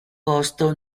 posto